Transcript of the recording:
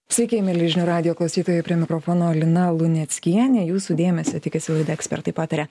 sveiki mieli žinių radijo klausytojai prie mikrofono lina luneckienė jūsų dėmesio tikisi laida ekspertai pataria